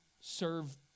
serve